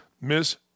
Miss